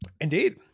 Indeed